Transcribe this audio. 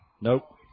Nope